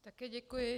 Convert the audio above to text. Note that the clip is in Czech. Také děkuji.